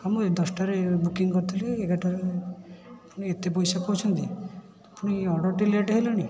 ହଁ ମୁଁ ଏ ଦଶଟାରେ ବୁକିଙ୍ଗ୍ କରିଥିଲି ଏଗାରଟାରେ ପୁଣି ଏତେ ପଇସା କହୁଛନ୍ତି ପୁଣି ଏ ଅର୍ଡ଼ର୍ଟା ଲେଟ୍ ହେଲାଣି